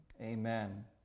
amen